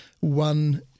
one